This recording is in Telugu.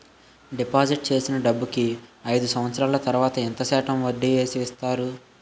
డిపాజిట్ చేసిన డబ్బుకి అయిదు సంవత్సరాల తర్వాత ఎంత శాతం వడ్డీ వేసి ఇస్తారు?